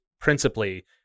principally